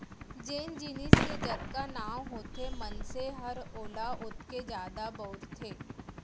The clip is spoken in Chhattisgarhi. जेन जिनिस के जतका नांव होथे मनसे हर ओला ओतके जादा बउरथे